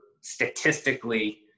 statistically –